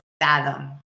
fathom